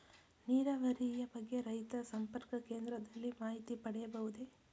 ನೀರಾವರಿಯ ಬಗ್ಗೆ ರೈತ ಸಂಪರ್ಕ ಕೇಂದ್ರದಲ್ಲಿ ಮಾಹಿತಿ ಪಡೆಯಬಹುದೇ?